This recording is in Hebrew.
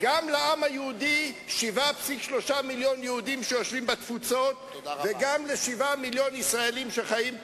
ידיים של משהו, רגליים של משהו וראש של משהו אחר.